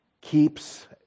keeps